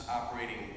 operating